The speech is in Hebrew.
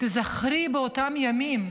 תזכרי מה היה פה באותם ימים,